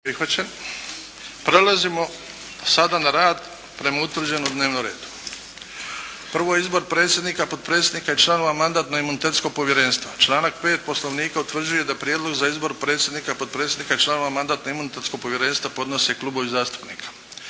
**Bebić, Luka (HDZ)** Prvo, izbor predsjednika, potpredsjednika i članova Mandatno-imunitetskog povjerenstva. Članak 5. Poslovnika utvrđuje da prijedlog za izbor predsjednika, potpredsjednika i članova Mandatno-imunitetnog povjerenstva podnose klubovi zastupnika.